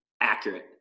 accurate